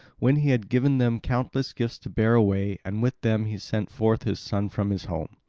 when he had given them countless gifts to bear away and with them he sent forth his son from his home.